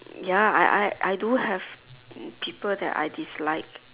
ya I I I do have people that I dislike